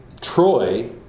Troy